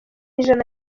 ijana